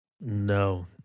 No